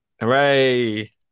Hooray